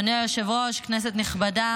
אדוני היושב-ראש, כנסת נכבדה,